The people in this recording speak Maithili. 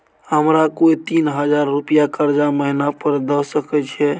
हमरा कोय तीन हजार रुपिया कर्जा महिना पर द सके छै?